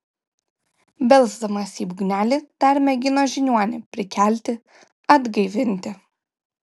belsdamas į būgnelį dar mėgino žiniuonį prikelti atgaivinti